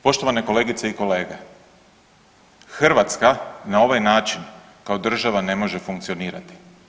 Poštovane kolegice i kolege, Hrvatska na ovaj način kao država ne može funkcionirati.